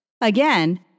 Again